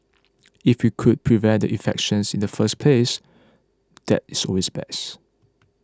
if we could prevent the infections in the first place that is always best